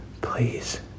Please